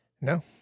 No